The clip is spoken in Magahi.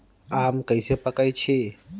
आम कईसे पकईछी?